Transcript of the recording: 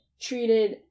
treated